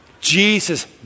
Jesus